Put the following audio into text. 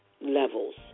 levels